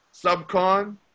Subcon